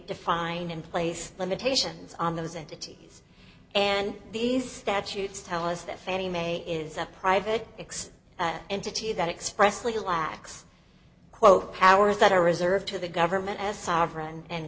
define and place limitations on those entities and these statutes tell us that fannie mae is a private entity that expressly lacks quote powers that are reserved to the government as sovereign and